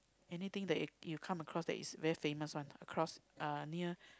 anything that you you come across that is very famous one across uh near